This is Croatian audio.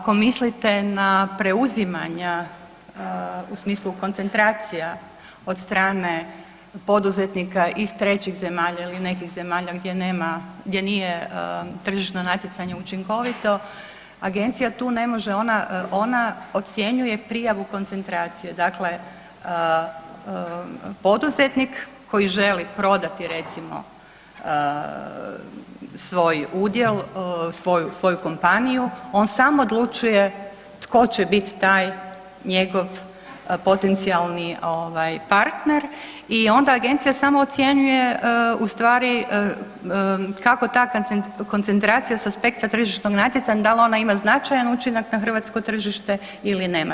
Ako mislite na preuzimanja u smislu koncentracija od strane poduzetnika iz trećih zemalja ili nekih zemalja gdje nema, gdje nije tržišno natjecanje učinkovito, agencija tu ne može, ona ocjenjuje prijavu koncentracije, dakle poduzetnik koji želi prodati recimo svoj udjel, svoju kompaniju on sam odlučuje tko će biti taj njegov potencijalni ovaj partner i onda agencija samo ocjenjuje ustvari kako ta koncentracija s aspekta tržišnog natjecanja da li ona ima značajan učinak na hrvatsko tržište ili nema.